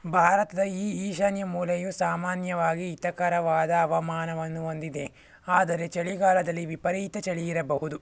ಭಾರತದ ಈಶಾನ್ಯ ಮೂಲೆಯು ಸಾಮಾನ್ಯವಾಗಿ ಹಿತಕರವಾದ ಹವಾಮಾನವನ್ನು ಹೊಂದಿದೆ ಆದರೆ ಚಳಿಗಾಲದಲ್ಲಿ ವಿಪರೀತ ಚಳಿಯಿರಬಹುದು